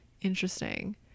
interesting